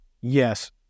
yes